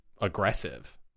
aggressive